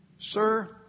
Sir